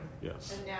Yes